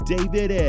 David